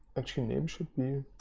actually name should be.